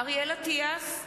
אריאל אטיאס,